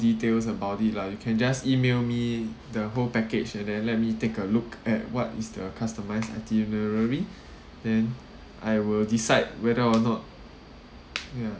details about it lah you can just email me the whole package and then let me take a look at what is the customise itinerary then I will decide whether or not know ya